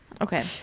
Okay